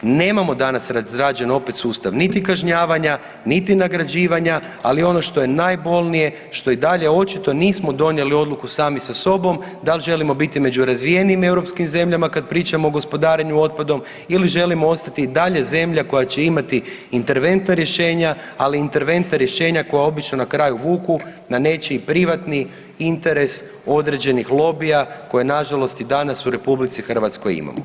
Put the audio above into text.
Nemamo danas razrađen opet sustav, niti kažnjavanja, niti nagrađivanja, ali ono što je najbolnije, što i dalje očito nismo donijeli odluku sami sa sobom, da li želimo biti među razvijenijim europskim zemljama kad pričamo o gospodarenju otpadom ili želimo ostati i dalje zemlja koja će imati interventna rješenja, ali interventna rješenja koja obično na kraju vuku na nečiji privatni interes određenih lobija koja nažalost, i danas u RH imamo.